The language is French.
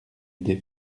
des